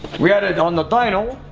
we had it on the dyno.